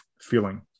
feeling